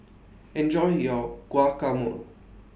Enjoy your Guacamole